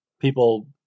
people